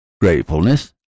Gratefulness